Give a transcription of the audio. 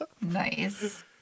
Nice